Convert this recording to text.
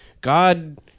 god